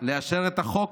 לאשר את החוק,